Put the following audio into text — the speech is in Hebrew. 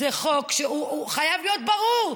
זה חוק שחייב להיות ברור.